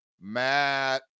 matt